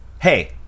Hey